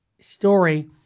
story